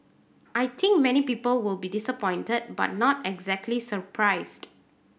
I think many people will be disappointed but not exactly surprised